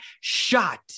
shot